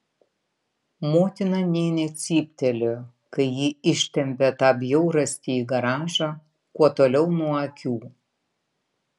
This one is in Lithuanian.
motina nė necyptelėjo kai ji ištempė tą bjaurastį į garažą kuo toliau nuo akių